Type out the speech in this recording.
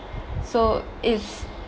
so it's